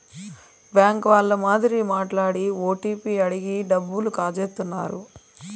bank వాళ్ళ మాదిరి మాట్లాడి ఓటీపీ అడిగి డబ్బులు కాజేత్తన్నారు